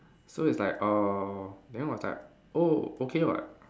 so it's like uh then was like oh okay [what]